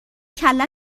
کله